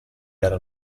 era